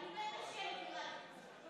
אני מתה שתהיה לי דירת איפור.